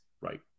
Right